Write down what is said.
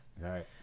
Right